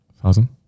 Thousand